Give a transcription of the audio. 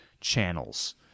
channels